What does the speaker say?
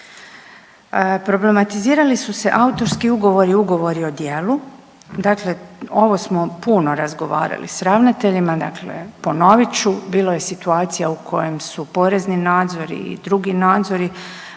Problematizirali su se autorski ugovori i ugovori o djelu. Dakle, ovo smo puno razgovarali s ravnateljima, dakle ponovit ću, bilo je situacija u kojem su porezni nadzori i drugi nadzori